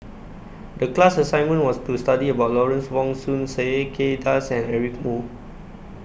The class assignment was to study about Lawrence Wong Shyun Tsai Kay Das and Eric Moo